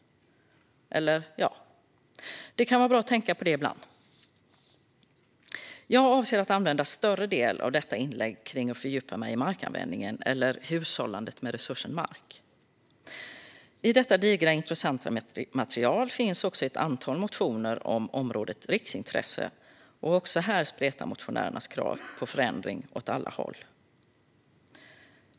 Det kan vara bra att tänka på det ibland. Jag avser att använda en större del av detta inlägg till att fördjupa mig i markanvändningen eller hushållandet med resursen mark. I detta digra och intressanta material finns också ett antal motioner om området Riksintresse. Också här spretar motionärernas krav på förändring åt alla håll.